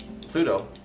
Pluto